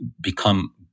become